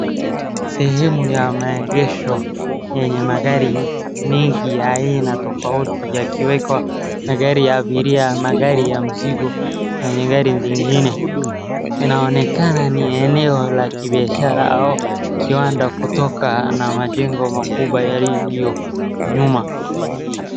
Sehemu ya maegesho yenye magari mingi ya aina tofauti yakiwekwa magari ya abiria, magari ya mzigo na gari nyingine. Inaonekana ni eneo la kibiashara au kiwanda kutoka na majengo makubwa yaliyonyuma.